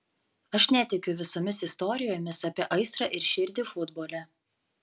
aš netikiu visomis istorijomis apie aistrą ir širdį futbole